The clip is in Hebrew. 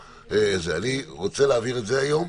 אני רוצה להעביר את זה היום,